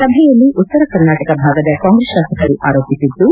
ಸಭೆಯಲ್ಲಿ ಉತ್ತರ ಕರ್ನಾಟಕ ಭಾಗದ ಕಾಂಗ್ರೆಸ್ ಶಾಸಕರು ಆರೋಪಿಸಿದ್ದು